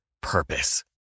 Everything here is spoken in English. purpose